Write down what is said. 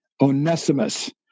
onesimus